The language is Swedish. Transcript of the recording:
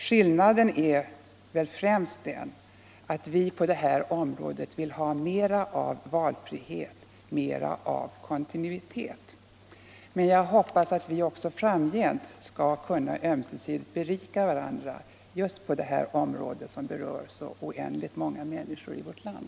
Skillnaden är väl främst den att vi på det här området vill ha mer av valfrihet och mer av kontinuitet än socialdemokraterna. Men jag hoppas att vi också framgent skall kunna ömsesidigt berika varandra just på det här området, som berör så oändligt många människor i vårt land.